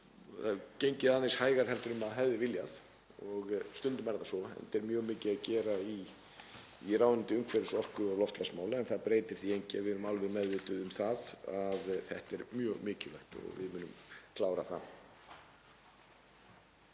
gengið aðeins hægar en maður hefði viljað og stundum er það svo enda er mjög mikið að gera í ráðuneyti umhverfis-, orku- og loftslagsmála. En það breytir því ekki að við erum alveg meðvituð um að þetta er mjög mikilvægt og við munum klára það.